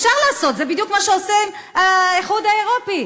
אפשר לעשות, זה בדיוק מה שעושה האיחוד האירופי.